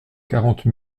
quarante